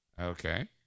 okay